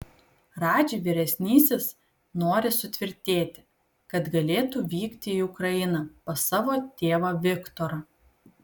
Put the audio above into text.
radži vyresnysis nori sutvirtėti kad galėtų vykti į ukrainą pas savo tėvą viktorą